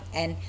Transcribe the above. and